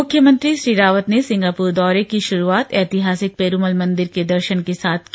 मुख्यमंत्री श्री रावत ने सिंगापुर दौरे की शुरूआत ऐतिहासिक पेरूमल मंदिर के दर्शन के साथ की